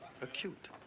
Acute